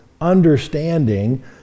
Understanding